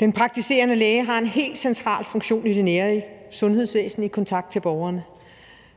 Den praktiserende læge har en helt central funktion i det nære sundhedsvæsens kontakt med borgeren,